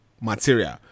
material